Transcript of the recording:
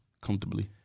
comfortably